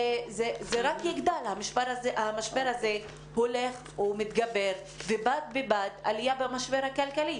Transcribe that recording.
המשבר הזה הולך ומתגבר ובד בבד עלייה במשבר הכלכלי.